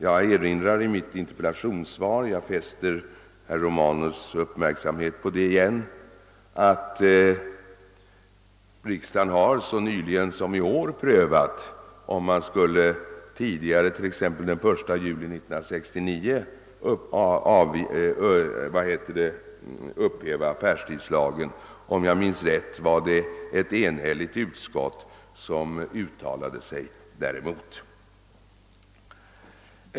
I interpellationssvaret påminner jag om — jag vill fästa herr Romanus” uppmärksamhet på det igen — att riksdagen så sent som i år har prövat frågan om man tidigare, t.ex. den 1 juli 1969, skulle upphäva affärstidslagen. Om jag minns rätt var det ett enhälligt utskott som uttalade sig däremot.